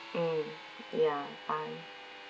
mm ya bye